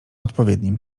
odpowiednim